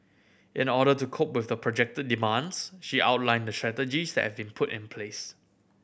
in order to cope with the projected demands she outlined the strategies that have been put in place